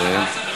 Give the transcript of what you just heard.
נא לסיים.